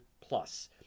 Plus